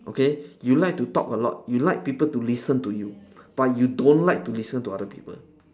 okay you like to talk a lot you like people to listen to you but you don't like to listen to other people